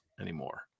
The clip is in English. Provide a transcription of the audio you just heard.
anymore